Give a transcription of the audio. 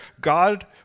God